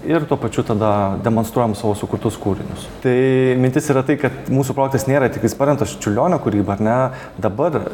ir tuo pačiu tada demonstruojam savo sukurtus kūrinius tai mintis yra tai kad mūsų projektas nėra tiktais paremtas čiurlionio kūryba ar ne dabar